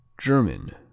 German